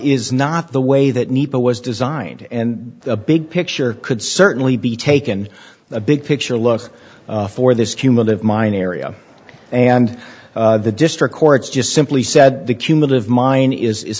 is not the way that needle was designed and the big picture could certainly be taken a big picture looks for this cumulative mine area and the district courts just simply said the cumulative mine is